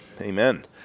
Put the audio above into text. Amen